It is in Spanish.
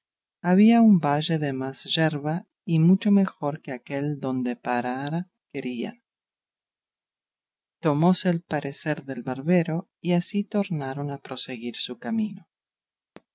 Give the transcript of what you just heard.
había un valle de más yerba y mucho mejor que aquel donde parar querían tomóse el parecer del barbero y así tornaron a proseguir su camino